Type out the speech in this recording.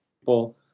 people